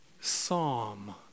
psalm